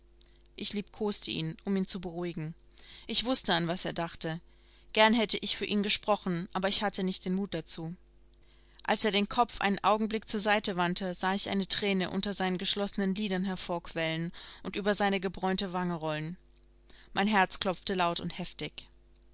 ich liebkoste ihn um ihn zu beruhigen ich wußte an was er dachte gern hätte ich für ihn gesprochen aber ich hatte nicht den mut dazu als er den kopf einen augenblick zur seite wandte sah ich eine thräne unter seinen geschlossenen lidern hervorquellen und über seine gebräunte wange rollen mein herz klopfte laut und heftig